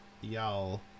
y'all